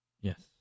yes